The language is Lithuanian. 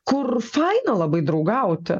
kur faina labai draugauti